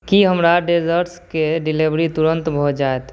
की हमरा डेसर्ट्सके डिलीवरी तुरन्त भऽ जायत